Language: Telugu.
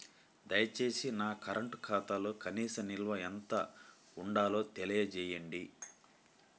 దయచేసి నా కరెంటు ఖాతాలో కనీస నిల్వ ఎంత ఉండాలో తెలియజేయండి